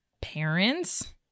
parents